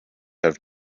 have